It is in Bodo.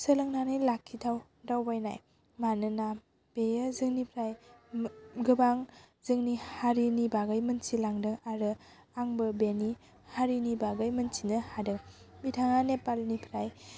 सोलोंनानै लाखिथाव दावबायनाय मानोना बेयो जोंनिफ्राय गोबां जोंनि हारिनि बागै मोन्थिलांदों आरो आंबो बेनि हारिनि बागै मोन्थिनो हादों बिथाङा नेपालनिफ्राय